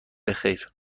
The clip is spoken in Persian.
بخیر